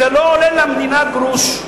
זה לא עולה למדינה גרוש.